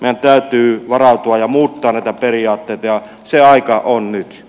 meidän täytyy varautua ja muuttaa näitä periaatteita ja se aika on nyt